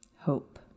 Hope